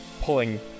pulling